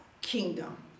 kingdom